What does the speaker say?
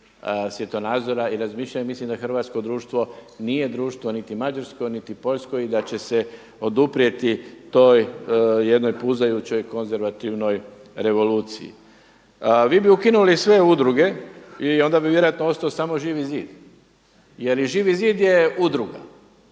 svjetonazora i razmišljanja. Mislim da hrvatsko društvo nije društvo niti Mađarsko, niti Poljsko i da će se oduprijeti toj jednoj puzajućoj konzervativnoj revoluciji. Vi bi ukinuli sve udruge i onda bi vjerojatno ostao samo Živi zid, jer i Živi zid je udruga.